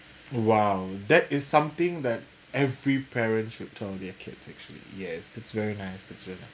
!wow! that is something that every parent should tell their kids actually yes that's very nice that's very